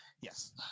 Yes